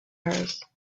hers